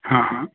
हां हां